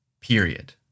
Period